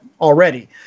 already